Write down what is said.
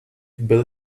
bill